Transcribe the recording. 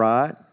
Right